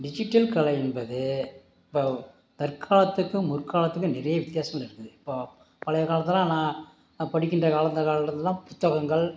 digital கலை என்பது இப்போ தற்காலத்துக்கும் முற்காலத்துக்கும் நிறைய வித்தியாசம் இருக்கு இப்போ பழைய காலத்துல எல்லாம் நான் நான் படிக்கின்ற காலத்து காலத்துல எல்லாம் புத்தகங்கள்